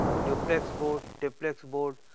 duplex board, triplex board,